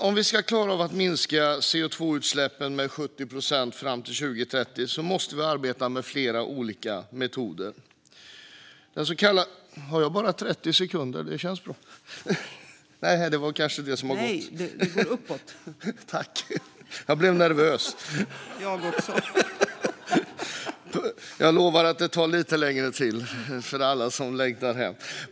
Om vi ska klara av att minska koldioxidutsläppen med 70 procent fram till 2030 måste vi arbeta med flera olika metoder.